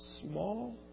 small